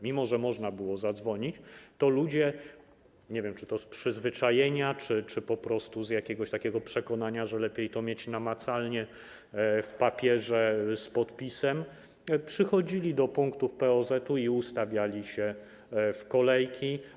Mimo że można było zadzwonić, to ludzie - nie wiem, czy to z przyzwyczajenia, czy po prostu z jakiegoś takiego przekonania, że lepiej to mieć namacalnie, na papierze, z podpisem - przychodzili do punktów POZ i ustawiali się w kolejki.